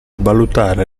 valutare